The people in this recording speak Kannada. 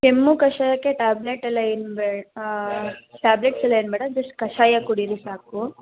ಕೆಮ್ಮು ಕಷಾಯಕ್ಕೆ ಟ್ಯಾಬ್ಲೆಟೆಲ್ಲ ಏನು ಬೆ ಟ್ಯಾಬ್ಲೆಟ್ಸೆಲ್ಲ ಏನೂ ಬೇಡ ಜಸ್ಟ್ ಕಷಾಯ ಕುಡಿಯಿರಿ ಸಾಕು